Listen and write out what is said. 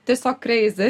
tiesiog crazy